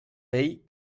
vell